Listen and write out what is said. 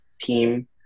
team